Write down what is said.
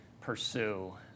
pursue